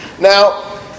Now